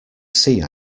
see